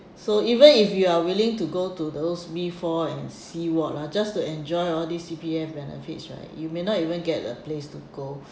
so even if you are willing to go to those B four and c ward ah just to enjoy all these C_P_F benefits right you may not even get a place to go